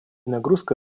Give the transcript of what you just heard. нагрузка